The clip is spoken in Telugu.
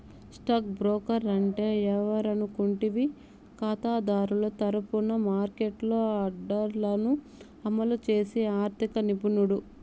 స్టాక్ బ్రోకర్ అంటే ఎవరనుకుంటివి కాతాదారుల తరపున మార్కెట్లో ఆర్డర్లను అమలు చేసి ఆర్థిక నిపుణుడు